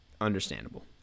Understandable